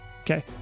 Okay